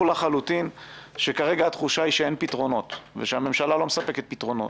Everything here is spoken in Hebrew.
לחלוטין שכרגע התחושה היא שאין פתרונות ושהממשלה לא מספקת פתרונות.